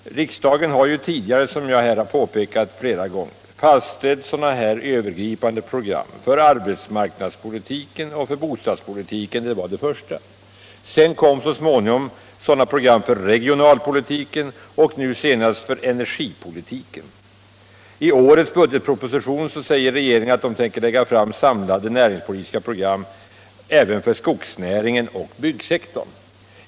Riksdagen har ju tidigare, som jag påpekat här flera gånger, fastställt övergripande program för arbetsmarknadspolitiken och bostadspolitiken — det var de första programmen. Sedan kom så småningom sådana program för regionalpolitiken och nu senast för energipolitiken. I årets budgetproposition säger regeringen att den kommer att lägga fram samlade näringspolitiska program även för skogsnäringen och byggsektorn.